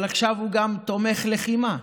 אבל עכשיו הוא גם תומך לחימה,